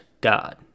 God